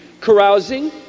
carousing